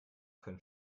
können